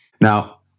Now